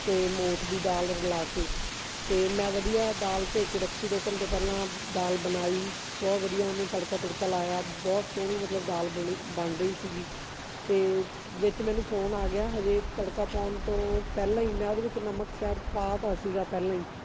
ਅਤੇ ਮੋਠ ਦੀ ਦਾਲ ਰਲਾ ਕੇ ਅਤੇ ਮੈਂ ਵਧੀਆ ਦਾਲ ਭੇਅ ਕੇ ਰੱਖੀ ਦੋ ਘੰਟੇ ਪਹਿਲਾਂ ਦਾਲ ਬਣਾਈ ਬਹੁਤ ਵਧੀਆ ਉਹਨੂੰ ਤੜਕਾ ਤੁੜਕਾ ਲਗਾਇਆ ਬਹੁਤ ਸੋਹਣੀ ਮਤਲਬ ਦਾਲ ਬਣੀ ਬਣ ਰਹੀ ਸੀਗੀ ਅਤੇ ਵਿੱਚ ਮੈਨੂੰ ਫੋਨ ਆ ਗਿਆ ਹਜੇ ਤੜਕਾ ਪਾਉਣ ਤੋਂ ਪਹਿਲਾਂ ਹੀ ਮੈਂ ਉਹਦੇ ਵਿੱਚ ਨਮਕ ਸ਼ਾਇਦ ਪਾ ਤਾ ਸੀਗਾ ਪਹਿਲਾਂ ਹੀ